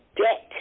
debt